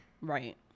Right